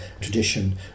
tradition